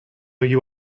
you